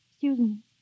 Susan